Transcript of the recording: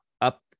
up